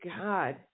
God